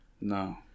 No